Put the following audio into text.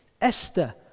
Esther